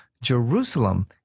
Jerusalem